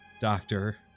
doctor